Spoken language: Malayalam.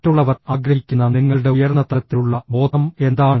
മറ്റുള്ളവർ ആഗ്രഹിക്കുന്ന നിങ്ങളുടെ ഉയർന്ന തലത്തിലുള്ള ബോധം എന്താണ്